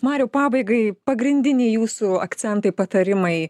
mariau pabaigai pagrindiniai jūsų akcentai patarimai